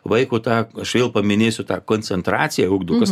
vaiko tą aš vėl paminėsiu tą koncentraciją ugdomo